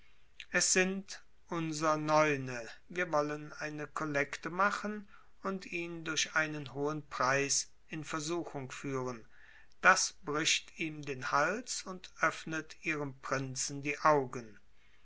es sind unser neune wir wollen eine kollekte machen und ihn durch einen hohen preis in versuchung führen das bricht ihm den hals und öffnet ihrem prinzen die augen